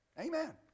Amen